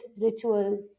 rituals